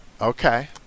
okay